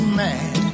mad